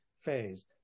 phase